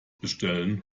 bestellen